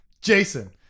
Jason